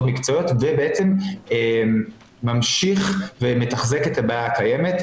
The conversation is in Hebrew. מקצועיות וממשיך ומתחזק את הבעיה הקיימת.